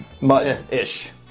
mud-ish